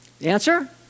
Answer